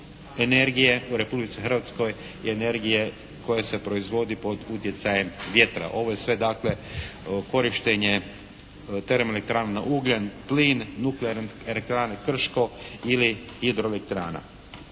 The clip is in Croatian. energije u Republici Hrvatskoj je energije koja se proizvodi pod utjecajem vjetra. Ovo je sve dakle korištenje termoelektrana na ugljen, plin, nukloelektrane Krško ili hidroelektrana.